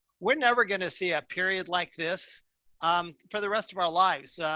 we're never going to see a period like this um for the rest of our lives. ah,